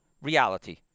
reality